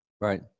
Right